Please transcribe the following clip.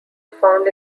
found